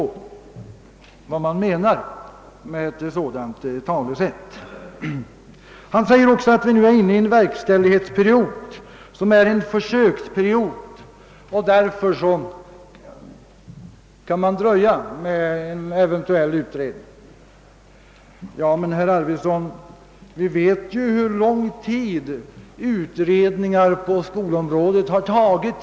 Herr Arvidson framhåller att vi nu är inne i en verkställighetsperiod som tillika är en försöksperiod och att man därför kan dröja med en eventuell utredning. Men, herr Arvidson, alla vet hur lång tid utredningar på skolområdet har tagit.